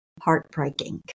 heartbreaking